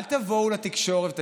אל תבואו לתקשורת ותגידו: